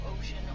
ocean